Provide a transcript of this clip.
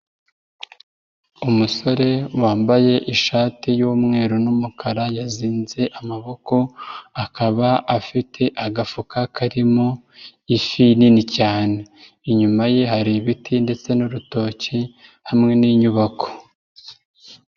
Umusore wambaye ishati y'umweru n'umukara yazinze amaboko, akaba afite agafuka karimo ifi nini cyane, inyuma ye hari ibiti ndetse n'urutoki hamwe n'inyubako.